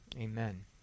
Amen